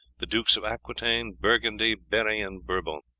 the dukes of aquitaine, burgundy, berri, and bourbon.